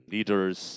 Leaders